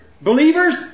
believers